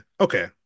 okay